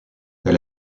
elle